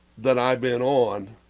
that i've been on?